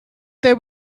there